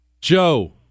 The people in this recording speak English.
Joe